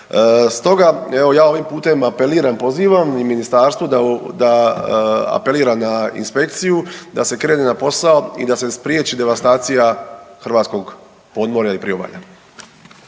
Stoga evo ja ovim putem apeliram i pozivam i ministarstvo da apelira na inspekciju da se krene na posao i da se spriječi devastacija hrvatskog podmorja i Priobalja.